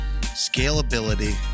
scalability